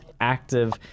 active